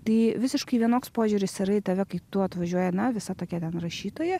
tai visiškai vienoks požiūris yra į tave kai tu atvažiuoji na visa tokia ten rašytoja